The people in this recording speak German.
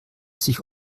sich